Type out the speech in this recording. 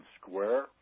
Square